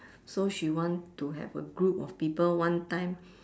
so she want to have a group of people one time